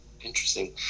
Interesting